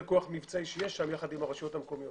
כוח מבצעי שיש שם יחד עם הרשויות המקומיות.